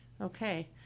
Okay